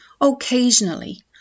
Occasionally